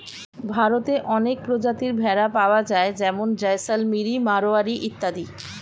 ভারতে অনেক প্রজাতির ভেড়া পাওয়া যায় যেমন জয়সলমিরি, মারোয়ারি ইত্যাদি